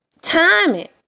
timing